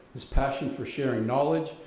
his passion for sharing knowledge,